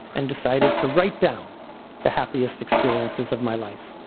and decided to write down the happiest experiences of my life.